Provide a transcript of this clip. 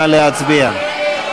נא להצביע.